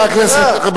חבר הכנסת חנין,